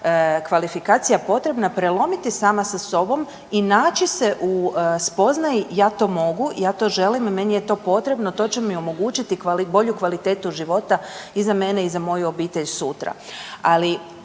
kvalifikacija potrebna prelomiti sama sa sobom i naći se u spoznaji ja to mogu, ja to želim, meni je to potrebno, to će mi omogućiti bolju kvalitetu života i za mene i za moju obitelj sutra. Ali